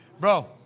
bro